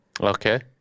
Okay